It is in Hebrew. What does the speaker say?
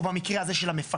או במקרה הזה של המפקח.